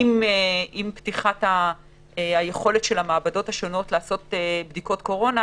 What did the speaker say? ועם פתיחת היכולת של המעבדות השונות לעשות בדיקות קורונה,